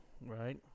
Right